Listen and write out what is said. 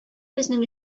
безнең